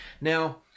Now